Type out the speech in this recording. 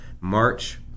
March